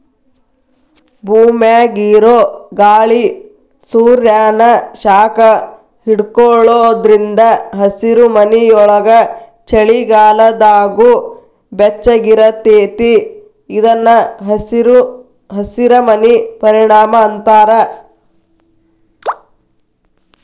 ಭೂಮ್ಯಾಗಿರೊ ಗಾಳಿ ಸೂರ್ಯಾನ ಶಾಖ ಹಿಡ್ಕೊಳೋದ್ರಿಂದ ಹಸಿರುಮನಿಯೊಳಗ ಚಳಿಗಾಲದಾಗೂ ಬೆಚ್ಚಗಿರತೇತಿ ಇದನ್ನ ಹಸಿರಮನಿ ಪರಿಣಾಮ ಅಂತಾರ